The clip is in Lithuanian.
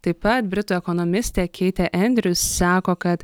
taip pat britų ekonomistė keitė endrius sako kad